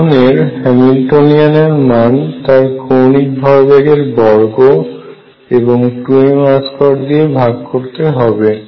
এখন এর হ্যামিল্টনীয়ান এর মান তার কৌণিক ভরবেগের বর্গ এবং 2mr2 দিয়ে ভাগ করতে হবে